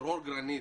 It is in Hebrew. דרור גרנית,